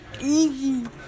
easy